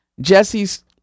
Jesse's